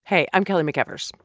hey. i'm kelly mcevers,